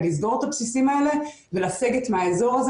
לסגור את הבסיסים האלה ולסגת מהאזור הזה,